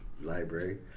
library